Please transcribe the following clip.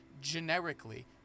generically